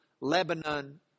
Lebanon